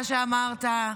בוא נדבר על מה שאמרת,